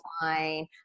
fine